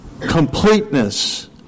completeness